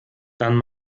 dann